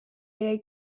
jäi